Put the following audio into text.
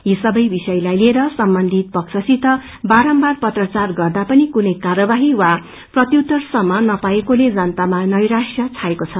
यी सबन् वषयलाई लिएर सम्बन्धित पक्षसित बारम्बार पत्राचार गर्दा पनि कुनै कार्यवाही वा प्रत्युत्तरसम्म नपाइएकोले जनतामा नैराश्य छाएको छ